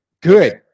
Good